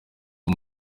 uwo